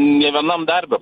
nė vienam darbe